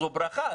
זו ברכה.